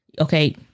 Okay